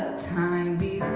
time